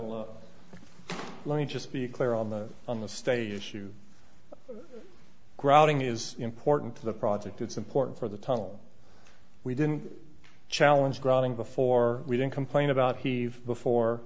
l let me just be clear on the on the stage issue grouting is important to the project it's important for the tunnel we didn't challenge growing before we didn't complain about heave before